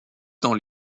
dans